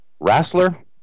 Rassler